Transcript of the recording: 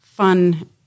fun